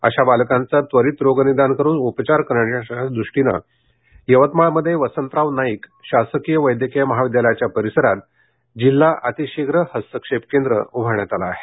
अशा बालकांचे त्वरीत रोगनिदान करून उपचार करण्याच्या दृष्टीने यवतमाळमध्ये वसंतराव नाईक शासकीय वैद्यकीय महाविद्यालयाच्या परिसरात जिल्हा अतिशिघ्र हस्तक्षेप केंद्र उभारण्यात आलं आहे